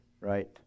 right